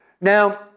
Now